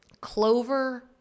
Clover